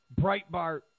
Breitbart